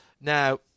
Now